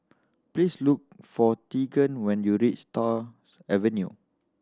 please look for Tegan when you reach Stars Avenue